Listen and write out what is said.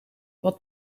wat